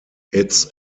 its